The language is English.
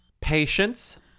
Patience